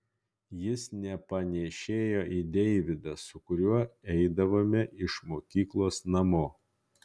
jis nepanėšėjo į deividą su kuriuo eidavome iš mokyklos namo